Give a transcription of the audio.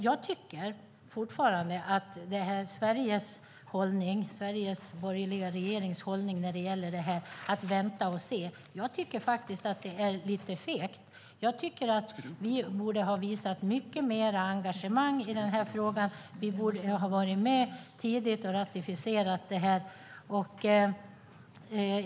Jag tycker fortfarande att Sveriges borgerliga regerings hållning när det gäller detta, det vill säga att vänta och se, är lite feg. Jag tycker att ni borde ha visat mycket mer engagemang i den här frågan. Vi borde ha varit med tidigt och ratificerat detta.